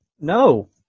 No